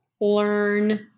learn